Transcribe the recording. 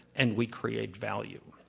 and we create value.